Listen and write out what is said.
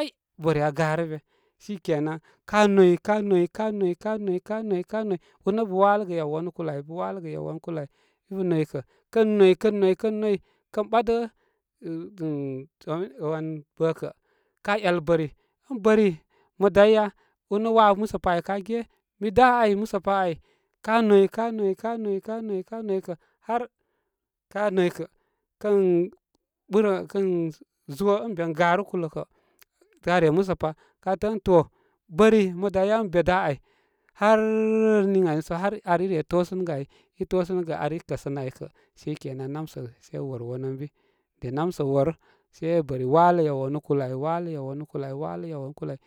ai bəri aa garə be shikena ka noy, ka noy, ka noy, ka noy, kanoy, kanoy, ur nə' bə waləgə yawanu kulə ai, bə waləgə yawanu kulə ai, i bə noy kə' kən boy, kən noy, kən noy kən ɓadə əh wan rə kə' ka yal bəri ən bəri mə daya? Ur nə waa musə pa ai ka ge mi da ay musə pa ai ka noy, ka noy, ka noy, ka noy, ka noy kə har ka noy kə' kən ɓurə kən zo ən ben garu kulə kə' ka re musə pa ka təə ən to bəri mə daya ən be da ai han ən nin ani sə har ar i re i to sə' nə'gə' ai i tosənəgə ai kə' sikenan na'msə se wor won ən bi de nam sə wor, se bəri walə yawanu kulə ai, walə yaw wanu kulə ai, walə yawanu kulə ai.